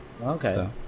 okay